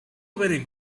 very